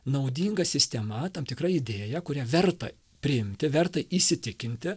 naudinga sistema tam tikra idėja kurią verta priimti verta įsitikinti